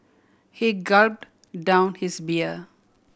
he gulp down his beer